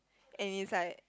and is like